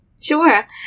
sure